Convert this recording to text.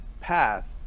path